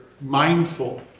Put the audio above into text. mindful